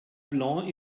blanc